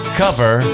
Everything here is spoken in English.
cover